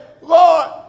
Lord